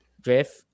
Drift